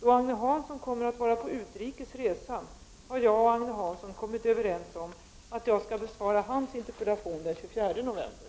Då Agne Hansson kommer att vara på utrikes resa har han och jag kommit överens om att jag skall besvara hans interpellation den 24 november.